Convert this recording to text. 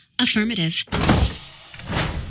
Affirmative